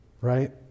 Right